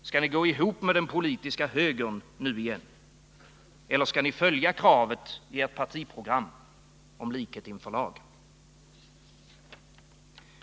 Skall ni gå ihop med den politiska högern nu igen, eller skall ni följa kravet i ert partiprogram om likhet inför lagen?